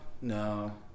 no